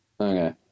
Okay